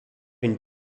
une